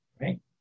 right